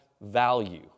value